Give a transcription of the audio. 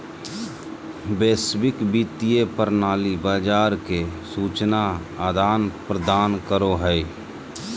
वैश्विक वित्तीय प्रणाली बाजार के सूचना आदान प्रदान करो हय